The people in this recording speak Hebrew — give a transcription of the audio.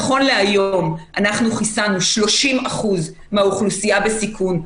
נכון להיום אנחנו חיסנו 30% מהאוכלוסייה בסיכון,